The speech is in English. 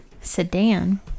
Sedan